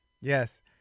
Yes